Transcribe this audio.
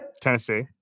Tennessee